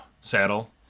saddle